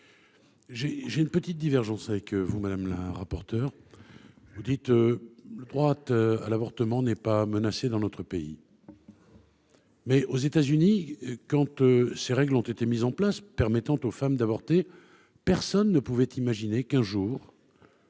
J'ai une petite divergence avec vous, madame la rapporteure : vous dites que le droit à l'avortement n'est pas menacé dans notre pays. Mais, aux États-Unis, quand il a été permis aux femmes d'avorter, personne ne pouvait imaginer qu'un jour